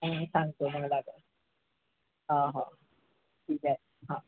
मी सांगतो हां हो ठीक आहे हां